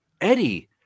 Eddie